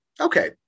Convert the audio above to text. Okay